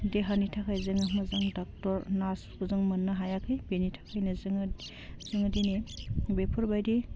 देहानि थाखाय जोङो मोजां डाक्टर नार्सफोरखौ जों मोननो हायाखै बिनि थाखायनो जोङो जोङो दिनै बेफोरबायदि